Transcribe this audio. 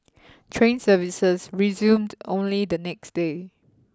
train services resumed only the next day